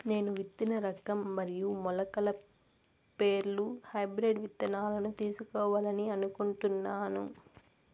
నేను విత్తన రకం మరియు మొలకల పేర్లు హైబ్రిడ్ విత్తనాలను తెలుసుకోవాలని అనుకుంటున్నాను?